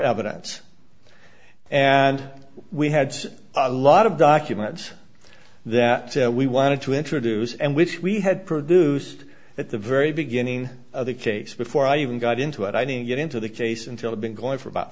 evidence and we had a lot of documents that we wanted to introduce and which we had produced at the very beginning of the case before i even got into it i didn't get into the case until been going for about